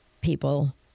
people